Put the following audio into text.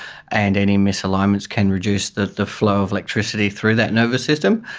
and any misalignments can reduce the the flow of electricity through that nervous system.